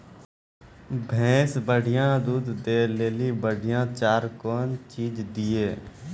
भैंस बढ़िया दूध दऽ ले ली बढ़िया चार कौन चीज दिए?